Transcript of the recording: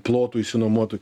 plotų išsinuomotų